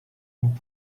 and